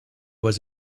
was